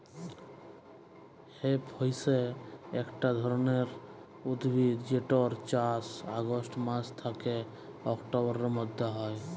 hemp হইসে একট ধরণের উদ্ভিদ যেটর চাস অগাস্ট মাস থ্যাকে অক্টোবরের মধ্য হয়